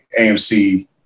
amc